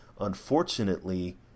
unfortunately